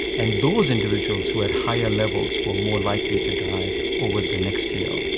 and those individuals who had higher levels were more likely to die over the next year.